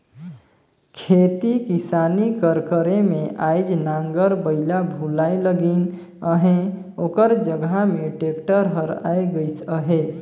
खेती किसानी कर करे में आएज नांगर बइला भुलाए लगिन अहें ओकर जगहा में टेक्टर हर आए गइस अहे